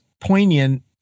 poignant